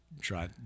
try